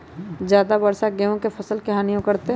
ज्यादा वर्षा गेंहू के फसल के हानियों करतै?